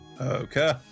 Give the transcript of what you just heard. Okay